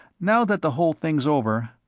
now that the whole thing's over,